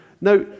now